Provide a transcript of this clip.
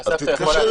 אז תתקשר אליה.